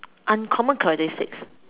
uncommon characteristics